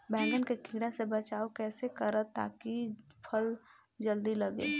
बैंगन के कीड़ा से बचाव कैसे करे ता की फल जल्दी लगे?